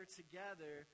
together